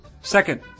second